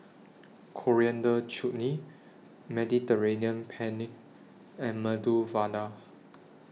Coriander Chutney Mediterranean Penne and Medu Vada